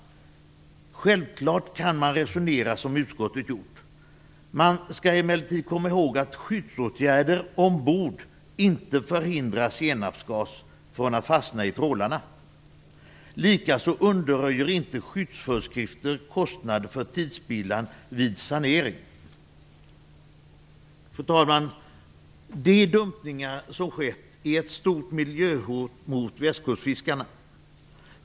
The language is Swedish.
Självklart kan man resonera som utskottet gjort. Man skall emellertid komma ihåg att skyddsåtgärder ombord inte förhindrar senapsgas från att fastna i trålarna. Likaså undanröjer inte skyddsföreskrifter kostnader för tidsspillan vid sanering. Fru talman! De dumpningar som skett är ett stort miljöhot mot västkustfiskarna.